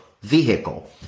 vehicle